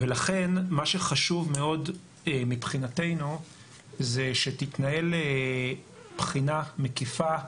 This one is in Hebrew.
לכן מה שחשוב מאוד מבחינתנו זה שתתנהל בחינה מקיפה.